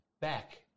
back